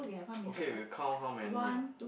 okay we count how many ah